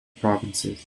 provinces